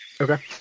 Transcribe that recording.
Okay